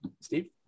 Steve